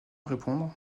répondre